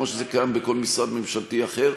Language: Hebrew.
כמו שזה קיים בכל משרד ממשלתי אחר,